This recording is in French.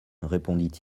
répondit